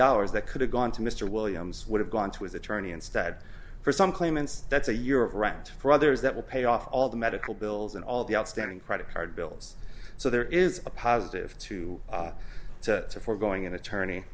dollars that could have gone to mr williams would have gone to his attorney instead for some claimants that's a year of rent for others that will pay off all the medical bills and all the outstanding credit card bills so there is a positive to to foregoing an attorney